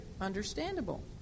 understandable